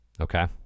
Okay